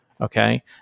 okay